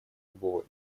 любого